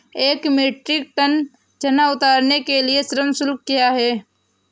एक metric ton चना उतारने के लिए श्रम शुल्क क्या है?